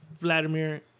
Vladimir